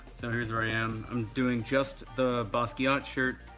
so here's where i am, i'm doing just the basquiat shirt.